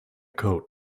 coat